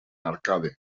arcade